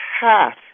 half